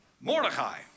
Mordecai